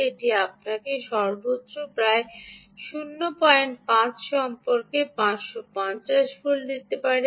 এটি আপনাকে সর্বোচ্চ প্রায় 05 সম্পর্কে 550 দিতে পারে